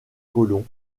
colons